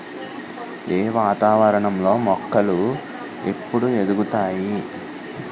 ఏ వాతావరణం లో మొక్కలు ఏపుగ ఎదుగుతాయి?